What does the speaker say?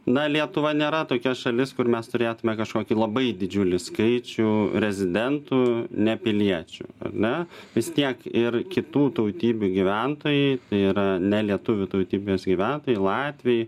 na lietuva nėra tokia šalis kur mes turėtume kažkokį labai didžiulį skaičių rezidentų ne piliečių ar ne vis tiek ir kitų tautybių gyventojai yra ne lietuvių tautybės gyventojai latviai